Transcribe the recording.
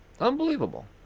Unbelievable